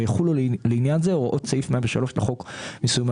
ויחולו לעניין זה הוראות סעיף 103א לחוק מיסוי מקרקעין.